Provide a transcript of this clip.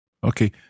Okay